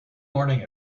morning